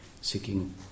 seeking